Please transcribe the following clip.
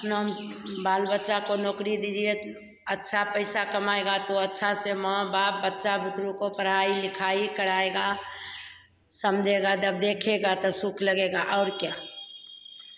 अपना बाल बच्चा को नौकरी दीजिए अच्छा पैसा कमाएगा तो अच्छा से माँ बाप बच्चा बुतरुक को पढ़ाई लिखाई कराएगा समझेगा जब देखेगा तो सुख लगेगा और क्या